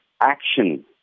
action